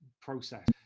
process